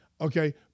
Okay